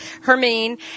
Hermine